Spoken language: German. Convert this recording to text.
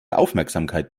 aufmerksamkeit